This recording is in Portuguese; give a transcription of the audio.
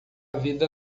vida